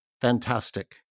fantastic